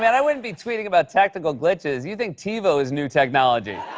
and i wouldn't be tweeting about technical glitches. you think tivo is new technology.